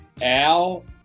Al